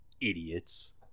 idiots